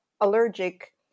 allergic